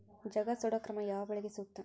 ಜಗಾ ಸುಡು ಕ್ರಮ ಯಾವ ಬೆಳಿಗೆ ಸೂಕ್ತ?